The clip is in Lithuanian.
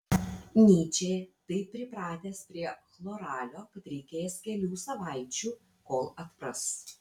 nyčė taip pripratęs prie chloralio kad reikės kelių savaičių kol atpras